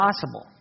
possible